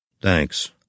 Thanks